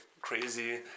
crazy